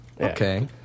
okay